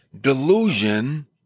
delusion